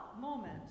moment